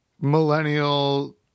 millennial